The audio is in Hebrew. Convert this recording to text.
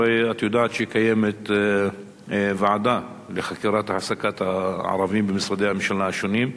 הרי את יודעת שקיימת ועדה לחקירת העסקת הערבים במשרדי הממשלה השונים.